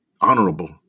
honorable